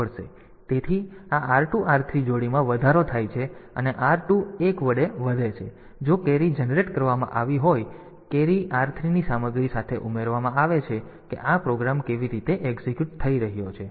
તેથી તેથી આ r2 r3 ની જોડીમાં વધારો થાય છે અને r2 1 વડે વધે છે જો કેરી જનરેટ કરવામાં આવી હોય કેરી r3 ની સામગ્રી સાથે ઉમેરવામાં આવે છે કે આ પ્રોગ્રામ કેવી રીતે એક્ઝિક્યુટ થઈ રહ્યો છે